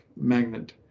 magnet